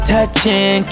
Touching